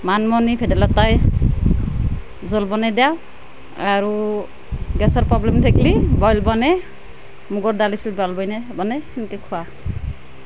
মানমুনি ভেদাইলতাই জোল বনাই দিওঁ আৰু গেছৰ প্ৰব্লেম থাকিলে বইল বনাই মগুৰ দালি চালি বইল বনাই বনাই এনেকৈ খুৱাওঁ